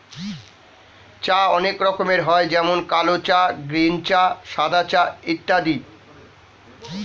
চা অনেক রকমের হয় যেমন কালো চা, গ্রীন চা, সাদা চা ইত্যাদি